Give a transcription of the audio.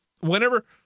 Whenever